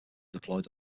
deployed